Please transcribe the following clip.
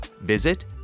Visit